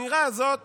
למעשה, האמירה הזאת